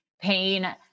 Pain